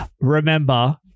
remember